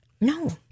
No